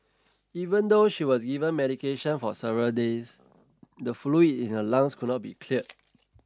even though she was given medication for several days the fluid in her lungs could not be cleared